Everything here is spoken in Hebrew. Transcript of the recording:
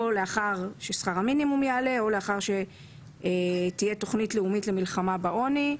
או לאחר ששכר המינימום יעלה או לאחר שתהיה תוכנית לאומית למלחמה בעוני.